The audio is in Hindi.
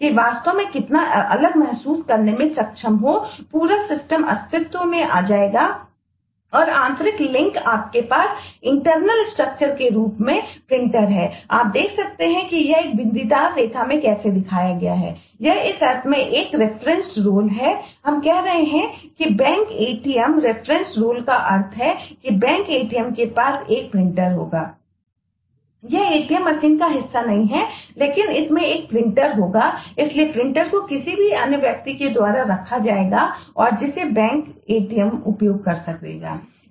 यह ATM मशीन का हिस्सा नहीं है लेकिन इसमें एक प्रिंटर को किसी अन्य व्यक्ति द्वारा रखा जाएगा और जिसे बैंक ATM उपयोग कर सकेगा